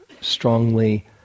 strongly